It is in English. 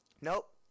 Nope